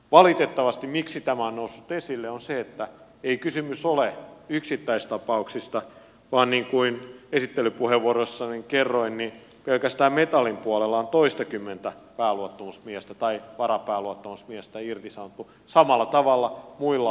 valitettavasti syy miksi tämä on noussut esille on se että ei kysymys ole yksittäistapauksista vaan niin kuin esittelypuheenvuorossani kerroin pelkästään metallin puolella on toistakymmentä pääluottamusmiestä tai varapääluottamusmiestä irtisanottu samalla tavalla muillakin aloilla